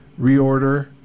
reorder